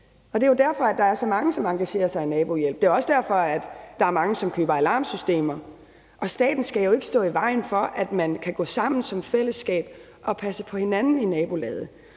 Det er jo derfor, der er så mange, som engagerer sig i nabohjælp. Det er også derfor, der er mange, som køber alarmsystemer, og staten skal jo ikke stå i vejen for, at man kan gå sammen som fællesskab og passe på hinanden i nabolaget.